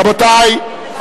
רבותי,